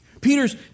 Peter's